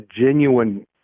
genuine